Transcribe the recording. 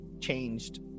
changed